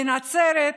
בנצרת,